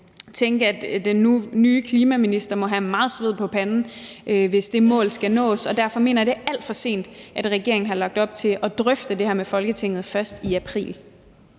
nok tænke, at den nye klimaminister må have meget sved på panden, hvis det mål skal nås. Derfor mener jeg, det er alt for sent, at regeringen først har lagt op til at drøfte det her med Folketinget i april.